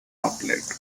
outlet